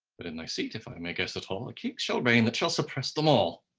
but in thy seat, if i may guess at all, a king shall reign that shall suppress them all.